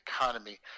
economy